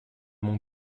mon